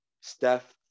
Steph